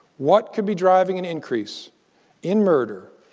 what could be driving an increase in murder,